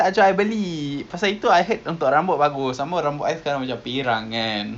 it is it like your uncles or your friend like who is this person